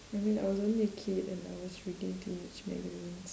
I mean I was only a kid and I was reading teenage magazines